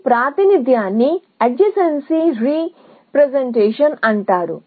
కాబట్టి ఈ ప్రాతినిధ్యాన్ని అడ్జెన్సీ రీ ప్రెజెంటేషన్ అంటారు